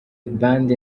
band